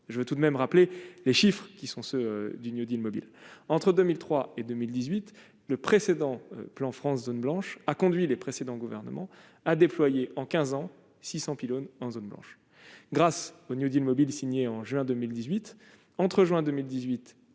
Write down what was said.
je vais tout de même rappeler les chiffres qui sont ceux du New Deal mobile entre 2003 et 2018 le précédent plan France blanche a conduit les précédents gouvernements à déployer en 15 ans 600 pilotes en zone blanche grâce au New Deal mobile signé en juin 2018 entre juin 2018